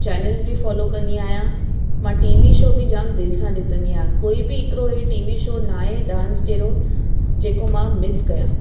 channels बि follow कंदी आहियां मां टीवी शो बि जामु दिलि सां ॾिसंदी आहियां को बि हिकिड़ो ई टीवी शो नाहे डान्स जहिड़ो जेको मां मिस कयां